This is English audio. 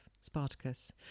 Spartacus